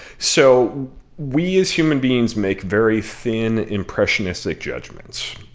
so we, as human beings, make very thin, impressionistic judgments.